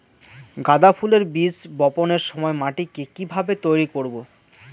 গাদা ফুলের বীজ বপনের সময় মাটিকে কিভাবে তৈরি করব?